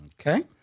Okay